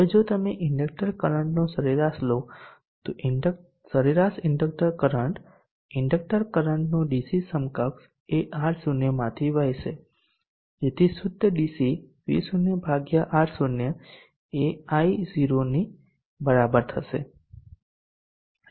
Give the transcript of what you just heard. હવે જો તમે ઇન્ડેક્ટર કરંટનો સરેરાશ લોતો સરેરાશ ઇન્ડક્ટર કરંટ ઇન્ડકટર કરંટનો ડીસી સમકક્ષ એ R0 માંથી વહેશે જેથી શુદ્ધ ડીસી V0R0 એ I0 ની બરાબર થશે